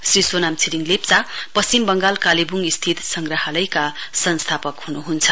श्री सोनाम छिरिङ लेप्चा पश्चिम वंगाल कालेवुङ स्थित संग्रहालयका संस्थापक हुनुहुन्छ